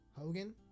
Hogan